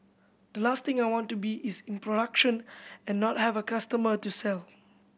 the last thing I want to be is in production and not have a customer to sell